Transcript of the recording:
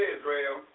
Israel